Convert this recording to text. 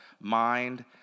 mind